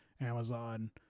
Amazon